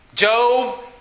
Job